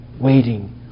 waiting